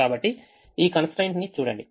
కాబట్టి ఈ constraint ని చూడండి